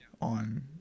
on